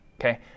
okay